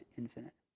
infinite